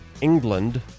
England